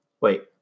wait